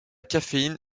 caféine